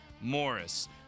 Morris